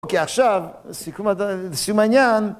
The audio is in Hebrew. אוקיי, עכשיו, סיכום עד סיום העניין.